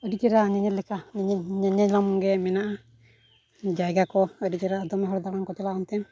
ᱟᱹᱰᱤ ᱪᱮᱦᱨᱟ ᱧᱮᱧᱮᱞ ᱞᱮᱠᱟ ᱧᱮᱧᱮᱞᱚᱢ ᱜᱮ ᱢᱮᱱᱟᱜᱼᱟ ᱡᱟᱭᱜᱟ ᱠᱚ ᱟᱹᱰᱤ ᱪᱮᱨᱦᱟ ᱫᱚᱢᱮ ᱦᱚᱲ ᱫᱟᱬᱟᱱ ᱠᱚ ᱪᱟᱞᱟᱜᱼᱟ ᱚᱱᱛᱮ